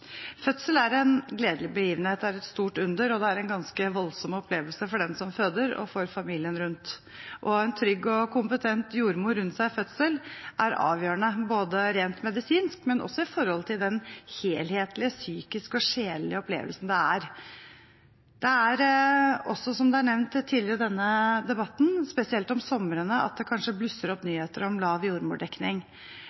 Fødsel er en gledelig begivenhet. Det er et stort under, og det er en ganske voldsom opplevelse for den som føder, og for familien rundt. Å ha en trygg og kompetent jordmor rundt seg under fødsel er avgjørende, både rent medisinsk og også i forhold til den helhetlige psykiske og sjelelige opplevelsen det er. Det er, som det også er nevnt tidligere i denne debatten, spesielt om somrene at det kanskje blusser opp